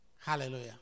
Hallelujah